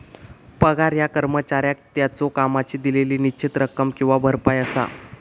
पगार ह्या कर्मचाऱ्याक त्याच्यो कामाची दिलेली निश्चित रक्कम किंवा भरपाई असा